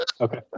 okay